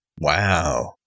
Wow